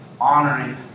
honoring